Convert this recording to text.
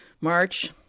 March